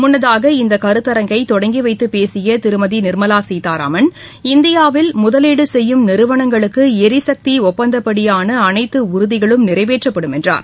முன்னதாக இந்த கருத்தரங்கை தொடங்கி வைத்து பேசிய திருமதி நிர்மலா கீதாராமன் இந்தியாவில் முதலீடு செய்யும் நிறுவனங்களுக்கு ளரிசக்தி ஒப்பந்தப்படியான அனைத்து உறுதிகளும் நிறைவேற்றப்படும் என்றார்